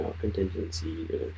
contingency